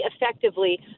effectively